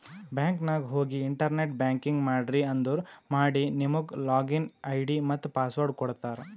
bank ನಾಗ್ ಹೋಗಿ internet banking ಮಾಡ್ರಿ ಅಂದುರ್ ಮಾಡಿ ನಿಮುಗ್ ಲಾಗಿನ್ ಐ.ಡಿ ಮತ್ತ ಪಾಸ್ವರ್ಡ್ ಕೊಡ್ತಾರ್